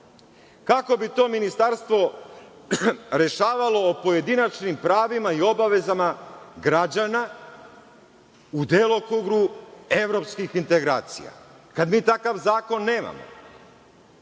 Kako bi to ministarstvo rešavalo o pojedinačnim pravima i obavezama građana u delokrugu evropskih integracija, kad mi takav zakon nemamo?